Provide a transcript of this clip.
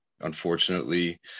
unfortunately